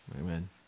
Amen